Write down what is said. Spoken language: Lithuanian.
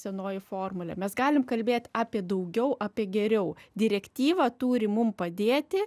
senoji formulė mes galim kalbėt apie daugiau apie geriau direktyva turi mum padėti